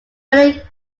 many